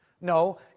No